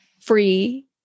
free